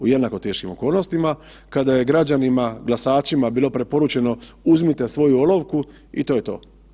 U jednako teškim okolnostima, kada je građanima, glasačima bilo preporučeno, uzmite svoju olovku i to je to.